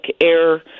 Air